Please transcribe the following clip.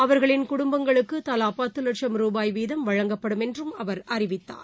அவர்களின் குடும்பங்களுக்கு தலா பத்து வட்சும் ரூபாய் வீதம் வழங்கப்படும் என்றும் அவர் அறிவித்தார்